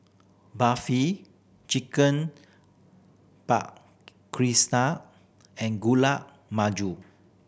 Barfi Chicken Paprikas and Gulab Jamun